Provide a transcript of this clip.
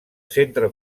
centre